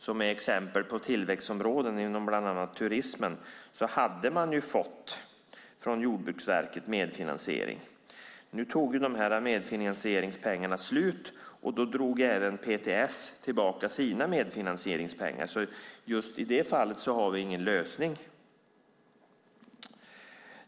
Det är exempel på tillväxtområden inom turismen. Där hade man fått medfinansiering från Jordbruksverket. Nu tog medfinansieringspengarna slut, och då drog även PTS tillbaka sina medfinansieringspengar. I det fallet har vi ingen lösning.